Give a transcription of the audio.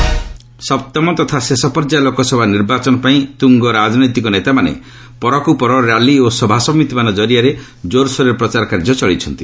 campaigning ସପ୍ତମ ତଥା ଶେଷ ପର୍ଯ୍ୟାୟ ଲୋକସଭା ନିର୍ବାଚନ ପାଇଁ ତୁଙ୍ଗ ରାଜନୈତିକ ନେତାମାନେ ପରକୁପର ର୍ୟାଲି ଓ ସଭାସମିତିମାନ କରିଆରେ ଜୋରସୋରରେ ପ୍ରଚାର କାର୍ଯ୍ୟ ଚଳାଇଛନ୍ତି